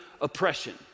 oppression